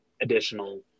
additional